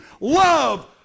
Love